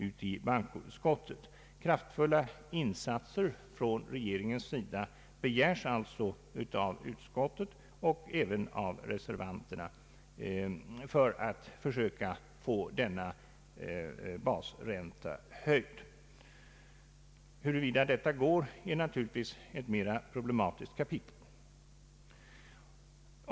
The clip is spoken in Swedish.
Utskottsmajoriteten och reservanterna begär kraftfulla insatser från regeringens sida för att denna basränta om möjligt skall höjas. Huruvida det går att genomföra är naturligtvis ett mer problematiskt kapitel.